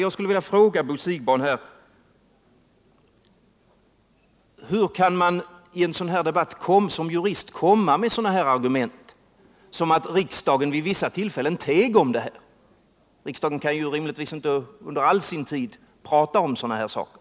Jag skulle vilja fråga Bo Siegbahn: Hur kan man i den här debatten som jurist komma med sådana argument som att riksdagen vid vissa tillfällen teg om detta? Riksdagen kan ju rimligtvis inte under all sin tid prata om sådana här frågor.